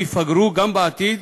ויפגרו גם בעתיד,